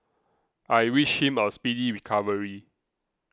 I wish him a speedy recovery